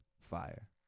Fire